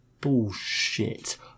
Bullshit